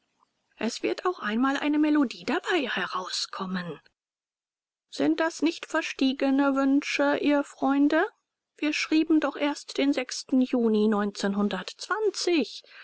es wird auch einmal eine melodie dabei herauskommen sind das nicht verstiegene wünsche ihr freunde wir schrieben doch erst den juni